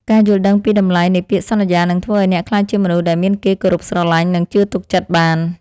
ការយល់ដឹងពីតម្លៃនៃពាក្យសន្យានឹងធ្វើឱ្យអ្នកក្លាយជាមនុស្សដែលមានគេគោរពស្រឡាញ់ និង ជឿទុកចិត្តបាន។